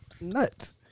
nuts